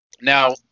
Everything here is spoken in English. Now